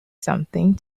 something